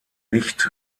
nicht